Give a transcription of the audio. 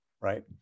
right